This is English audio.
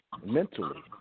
mentally